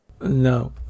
No